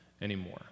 anymore